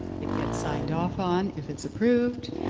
it gets signed off on if it's approved.